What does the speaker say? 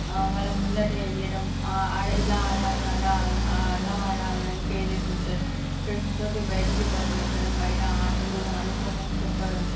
వాళ్ళ ముందట వేయటం ఇలా ఆడాలి అలా ఆ అలా ఆడాలి అని ప్రేరేపించడం ఫ్రెండ్స్తోటి బయటకి పంపించడం బయట ఆటలు ఆడుకోమని చెప్పడం